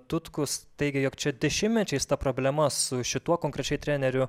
tutkus teigė jog čia dešimtmečiais ta problema su šituo konkrečiai treneriu